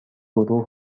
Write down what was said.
گروه